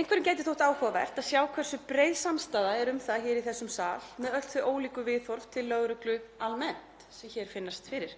Einhverjum gæti þótt áhugavert að sjá hversu breið samstaða er um það hér í þessum sal með öll þau ólíku viðhorf til lögreglu almennt sem hér finnast fyrir.